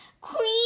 Queen